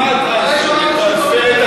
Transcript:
טרנספר,